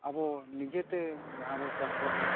ᱟᱵᱚ ᱱᱤᱡᱮᱛᱮ ᱡᱟᱦᱟᱸ ᱵᱚ ᱪᱟᱥᱵᱟᱥᱟ